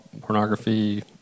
pornography